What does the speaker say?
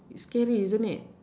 scary isn't it